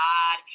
God